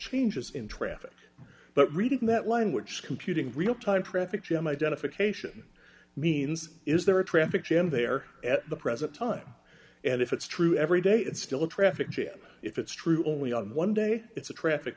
changes in traffic but reading that line which computing real time traffic jam identification means is there a traffic jam there at the present time and if it's true every day it's still a traffic jam if it's true only on one day it's a traffic